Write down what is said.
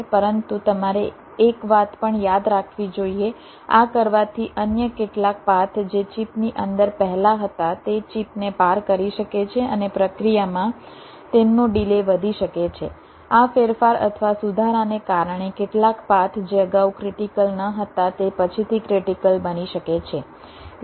પરંતુ તમારે એક વાત પણ યાદ રાખવી જોઈએ આ કરવાથી અન્ય કેટલાક પાથ જે ચિપની અંદર પહેલા હતા તે ચિપને પાર કરી શકે છે અને પ્રક્રિયામાં તેમનો ડિલે વધી શકે છે આ ફેરફાર અથવા સુધારાને કારણે કેટલાક પાથ જે અગાઉ ક્રિટીકલ ન હતા તે પછીથી ક્રિટીકલ બની શકે છે